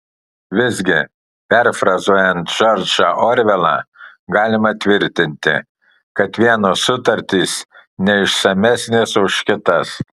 visgi perfrazuojant džordžą orvelą galima tvirtinti kad vienos sutartys neišsamesnės už kitas